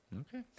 Okay